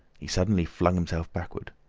he suddenly flung himself backward.